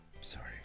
Sorry